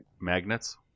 magnets